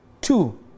Two